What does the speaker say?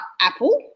Apple